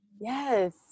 Yes